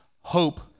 hope